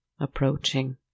approaching